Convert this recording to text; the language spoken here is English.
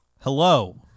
Hello